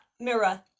mirror